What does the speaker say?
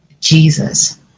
Jesus